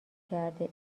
کرده